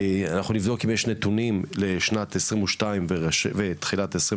אנחנו נבדוק אם יש נתונים לשנת 2022 ותחילת 2023